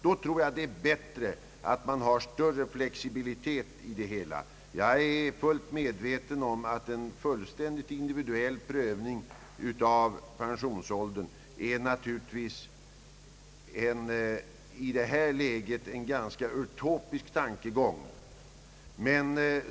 Då tror jag att det är bättre med en större flexibilitet i det hela. Jag är fullt medveten om att en fullständigt individuell prövning av pensionsåldern i detta läge är en utopisk tanke.